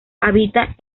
habita